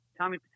Tommy